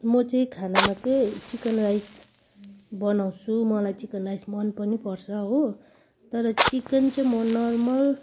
म चाहिँ खानामा चाहिँ चिकन राइस बनाउँछु मलाई चिकन राइस मन पनि पर्छ हो तर चिकन चाहिँ म नर्मल